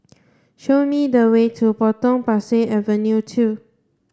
show me the way to Potong Pasir Avenue two